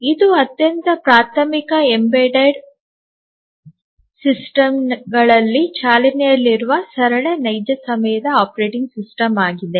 ಇದು ಅತ್ಯಂತ ಪ್ರಾಥಮಿಕ ಎಂಬೆಡೆಡ್ ಸಿಸ್ಟಮ್ಗಳಲ್ಲಿ ಚಾಲನೆಯಲ್ಲಿರುವ ಸರಳ ನೈಜ ಸಮಯದ ಆಪರೇಟಿಂಗ್ ಸಿಸ್ಟಮ್ ಆಗಿದೆ